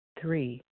Three